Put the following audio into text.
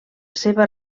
seva